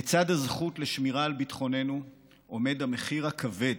לצד הזכות לשמירה על ביטחוננו עומד המחיר הכבד,